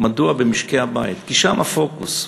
מדוע במשקי-הבית, כי שם הפוקוס.